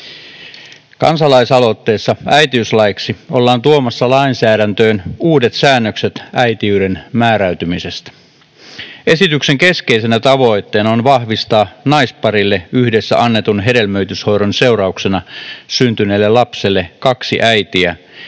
Kansalaisaloitteessa äitiyslaiksi ollaan tuomassa lainsäädäntöön uudet säännökset äitiyden määräytymisestä. Esityksen keskeisenä tavoitteena on vahvistaa naisparille yhdessä annetun hedelmöityshoidon seurauksena syntyneelle lapselle kaksi äitiä,